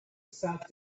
sat